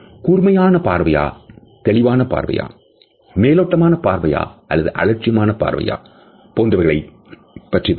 கூர்மையான பார்வையா தெளிவான பார்வையா மேலோட்டமான பார்வையா அல்லது அலட்சியமான பார்வையா போன்றவைகளை பற்றியதாகும்